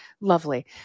lovely